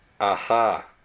Aha